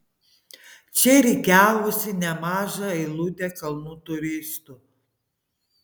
čia rikiavosi nemaža eilutė kalnų turistų